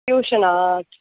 டியூஷனா